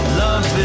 love